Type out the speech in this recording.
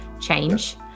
change